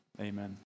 Amen